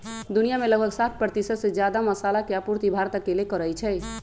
दुनिया में लगभग साठ परतिशत से जादा मसाला के आपूर्ति भारत अकेले करई छई